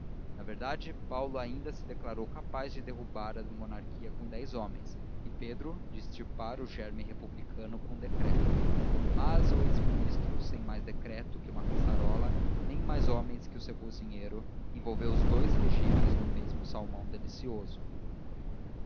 na verdade paulo ainda se declarou capaz de derribar a monarquia com dez homens e pedro de extirpar o gérmen republicano com um decreto mas o ex ministro sem mais decreto que uma caçarola nem mais homens que o seu cozinheiro envolveu os dous regimens no mesmo salmão delicioso